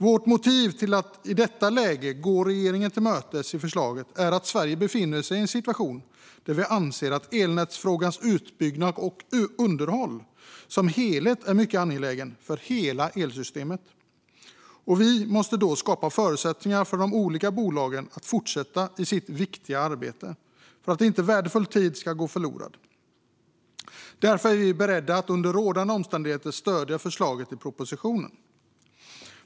Vårt motiv till att i detta läge gå regeringen till mötes när det gäller förslaget är att vi anser att Sverige befinner sig i en situation där frågan om utbyggnad och underhåll av elnätet som helhet är mycket angelägen för hela elsystemet. Vi måste därför skapa förutsättningar för de olika bolagen att fortsätta sitt viktiga arbete, så att inte värdefull tid går förlorad. Därför är vi beredda att under rådande omständigheter stödja förslaget i propositionen.